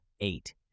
eight